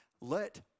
let